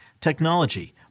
technology